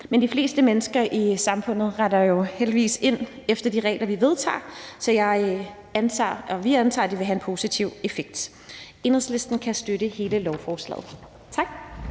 men de fleste mennesker i samfundet retter jo heldigvis ind efter de regler, vi vedtager, så jeg antager, og vi antager, at de vil have en positiv effekt. Enhedslisten kan støtte hele lovforslaget. Tak.